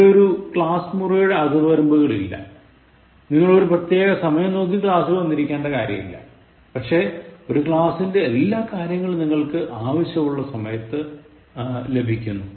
ഇവിടെ ഒരു ക്ളാസ്മുറിയുടെ അതിർവരമ്പുകൾ ഇല്ല നിങ്ങൾ ഒരു പ്രത്യേക സമയം നോക്കി ക്ലാസ്സിൽ വന്നിരിക്കേണ്ട കാര്യമില്ല പക്ഷേ ഒരു ക്ലാസിന്റെ എല്ലാ കാര്യങ്ങളും നിങ്ങൾക്ക് ആവശ്യമുള്ള സമയത്ത് നിങ്ങൾക്ക് ലഭിക്കുന്നു